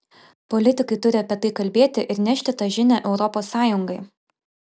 politikai turi apie tai kalbėti ir nešti tą žinią europos sąjungai